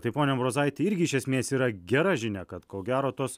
tai pone ambrozaiti irgi iš esmės yra gera žinia kad ko gero tos